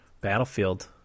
Battlefield